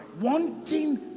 wanting